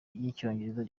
y’icyongereza